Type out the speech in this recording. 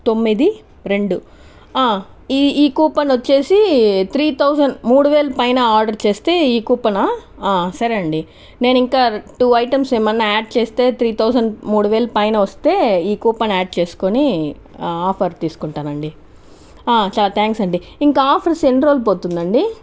తొమ్మిది రెండు ఈ కూపన్ వచ్చేసి త్రీ థౌజండ్ మూడు వేల పైన ఆర్డర్ చేస్తే ఈ కూపనా సరేనండీ నేను ఇంకా టూ ఐటమ్స్ ఏమన్నా యాడ్ చేస్తే త్రీ థౌజండ్ మూడు వేల పైన వస్తే ఈ కూపన్ యాడ్ చేసుకుని ఆఫర్ తీసుకుంటానండీ చాలా థ్యాంక్స్ అండీ ఇంకా ఆఫర్స్ ఎన్ని రోజులు పోతుందండి